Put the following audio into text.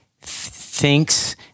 thinks